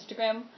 Instagram